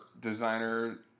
designer